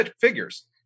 figures